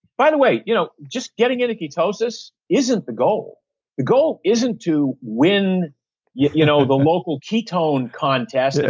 by the way, you know just getting into ketosis isn't the goal. the goal isn't too win yeah you know the local ketone contest.